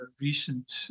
recent